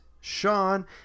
Sean